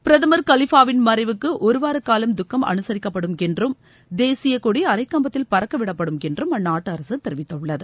பிரதமர் கலீஃபாவின் மறைவுக்கு ஒரு வாரக் காலம் துக்கம் அனுசரிக்கப்படும் என்றும் தேசிய கொடி அரைக் கம்பத்தில் பறகக்விடப்படும் என்றும் அந்நாட்டு அரசு தெரிவித்துள்ளது